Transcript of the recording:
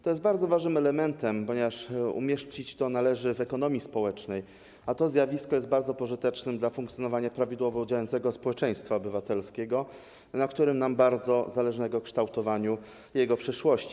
To jest bardzo ważny element, ponieważ należy to umieścić w ekonomii społecznej, a to zjawisko jest bardzo pożyteczne dla funkcjonowania prawidłowo działającego społeczeństwa obywatelskiego, na którym nam bardzo zależy, na kształtowaniu jego przyszłości.